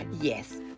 yes